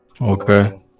Okay